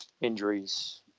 injuries